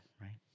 right